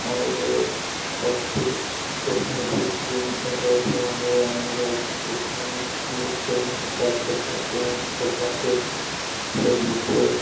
और अब भी थो एंड्राइड फ़ोन हो गया अब मेरा उसमें हम लोग चैनल सब्सक्राइब करके रखे है इंस्टाग्राम पर फेसबुक पर